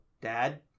dad